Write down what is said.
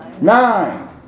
Nine